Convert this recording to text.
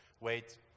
wait